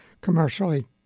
commercially